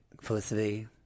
Felicity